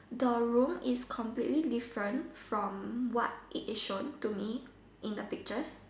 the room is completely different from what it is shown to me in the pictures